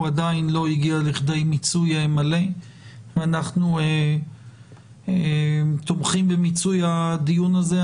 הוא עדיין לא הגיע לכדי מיצוי מלא ואנחנו תומכים במיצוי הדיון הזה.